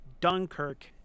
Dunkirk